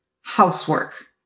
housework